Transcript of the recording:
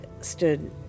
stood